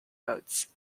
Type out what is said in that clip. boats